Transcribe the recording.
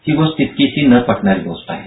ही गोष्ट तितकीशी न पटणारी गोष्ट आहे